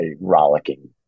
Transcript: rollicking